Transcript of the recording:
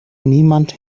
niemand